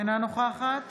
אינה נוכחת